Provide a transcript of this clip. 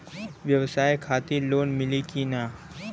ब्यवसाय खातिर लोन मिली कि ना?